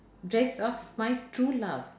~ddress of my true love